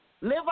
Live